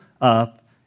up